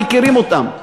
מכירים אותם,